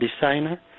designer